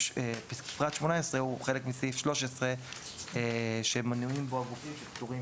פסקה (18) היא חלק מסעיף 13 שמנויים בו הגופים שפטורים